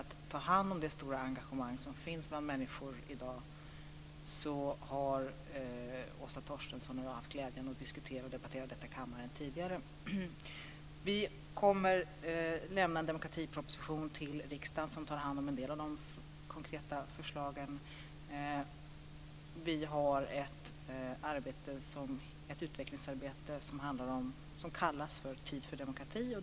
Åsa Torstensson och jag har tidigare haft glädjen att diskutera och debattera i kammaren vad man konkret kan göra för att ta hand om det stora engagemang som finns hos människor i dag. Vi kommer att lämna en demokratiproposition till riksdagen som tar hand om en del av de konkreta förslagen. Vi har ett utvecklingsarbete som kallas Tid för demokrati.